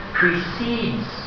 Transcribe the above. precedes